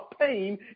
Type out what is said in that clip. pain